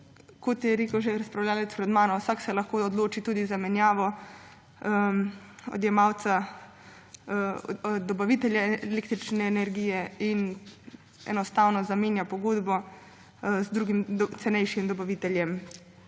Kot je rekel že razpravljavec pred menoj, vsak se lahko odloči tudi za menjavo dobavitelja električne energije in enostavno zamenja pogodbo z drugim, cenejšim dobaviteljem.